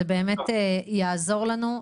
זה באמת יעזור לנו.